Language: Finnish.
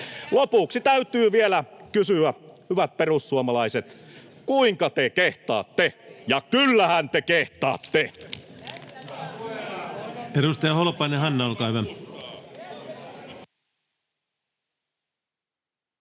Lopuksi täytyy vielä kysyä, hyvät perussuomalaiset: kuinka te kehtaatte? Ja kyllähän te kehtaatte!